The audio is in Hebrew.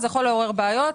זה יכול לעורר בעיות.